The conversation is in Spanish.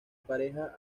pareja